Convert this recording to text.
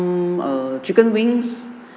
err chicken wings